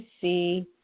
see